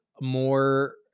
more